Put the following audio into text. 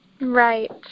right